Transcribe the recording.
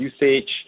usage